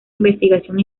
investigación